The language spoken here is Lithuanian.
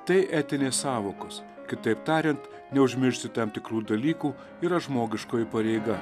tai etinės sąvokos kitaip tariant neužmiršti tam tikrų dalykų yra žmogiškoji pareiga